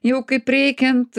jau kaip reikiant